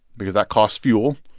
because that costs fuel,